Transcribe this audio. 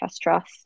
trust